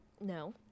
No